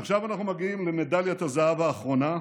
עכשיו אנחנו מגיעים למדליית הזהב האחרונה.